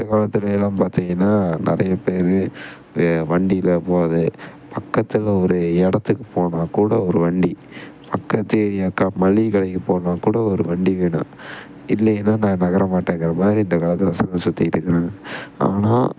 இந்த காலத்திலேலாம் பார்த்திங்கன்னா நிறைய பேர் வே வண்டியில் போவது பக்கத்தில் ஒரு இடத்துக்கு போனால் கூட ஒரு வண்டி பக்கத்து ஏரியாக்கா மளிகைக் கடைக்கு போகணுனா கூட ஒரு வண்டி வேணும் இல்லேன்னா நான் நகரமாட்டேன்ங்கிற மாதிரி இந்த காலத்து பசங்கள் சுத்திகிட்டுக்குறாங்க ஆனால்